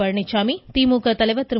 பழனிச்சாமி திமுக தலைவர் திரு